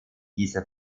dieser